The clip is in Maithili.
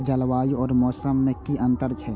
जलवायु और मौसम में कि अंतर छै?